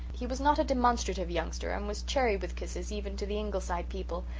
he was not a demonstrative youngster and was chary with kisses even to the ingleside people.